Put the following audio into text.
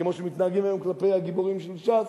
כמו שמתנהגים היום כלפי הגיבורים של ש"ס,